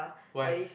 why